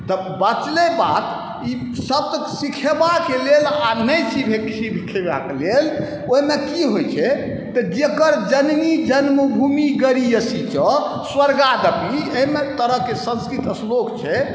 तऽ बचलै बात ईसब तऽ सिखेबाक लेल आओर नहि सिखेबाक लेल ओहिमे कि होइ छै जकर जननी जन्मभूमि गरियसि च स्वर्गादपि एहिमे तरहके संस्कृत श्लोक छै